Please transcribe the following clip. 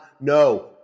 No